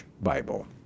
bible